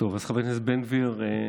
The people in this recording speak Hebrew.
חבר הכנסת בן גביר,